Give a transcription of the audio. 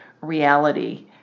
reality